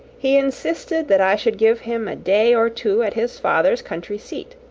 he insisted that i should give him a day or two at his father's country-seat,